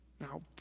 Now